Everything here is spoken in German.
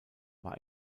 war